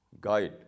guide